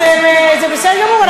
זה בסדר גמור.